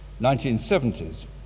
1970s